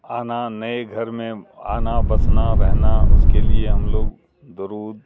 آنا نئے گھر میں آنا بسنا رہنا اس کے لیے ہم لوگ درود